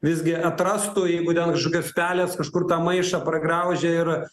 visgi atrastų jeigu ten kažkokios pelės kažkur tą maišą pragraužė ir